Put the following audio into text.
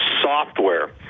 software